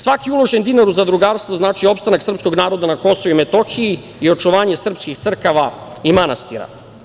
Svaki uloženi dinar u zadrugarstvo znači opstanak srpskog naroda na Kosovu i Metohiji i očuvanje srpskih crkava i manastira.